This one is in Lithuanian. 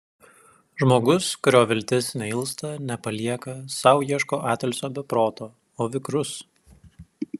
žmogus kurio viltis neilsta nepalieka sau ieško atilsio be proto o vikrus